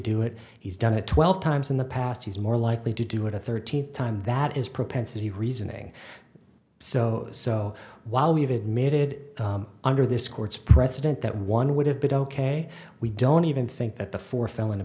do it he's done it twelve times in the past he's more likely to do it at thirteen time that is propensity reasoning so so while we have admitted under this court's precedent that one would have been ok we don't even think that the four f